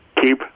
keep